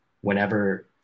whenever